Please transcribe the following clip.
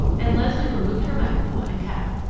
and leslie removed her mackinaw and cap.